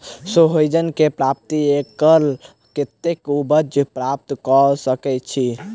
सोहिजन केँ प्रति एकड़ कतेक उपज प्राप्त कऽ सकै छी?